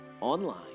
online